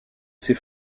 ses